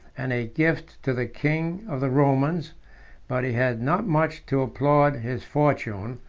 and a gift to the king of the romans but he had not much to applaud his fortune,